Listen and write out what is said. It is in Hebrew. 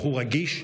בחור רגיש,